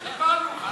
דיברנו.